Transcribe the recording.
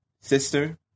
sister